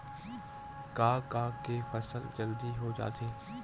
का का के फसल जल्दी हो जाथे?